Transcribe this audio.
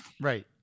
right